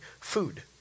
food